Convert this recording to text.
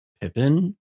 Pippin